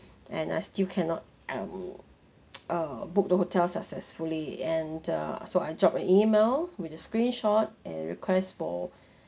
and I still cannot um uh book the hotel successfully and uh so I drop an email with a screenshot and requests for